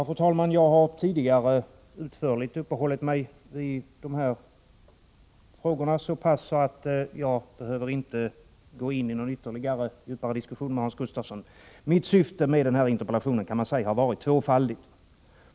Fru talman! Jag har tidigare utförligt uppehållit mig vid dessa frågor så pass mycket att jag inte behöver gå in i någon ytterligare djupare diskussion med Hans Gustafsson. Mitt syfte med denna interpellation har varit tvåfaldigt.